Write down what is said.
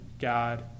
God